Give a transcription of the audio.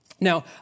Now